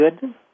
good